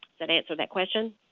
that answer that question?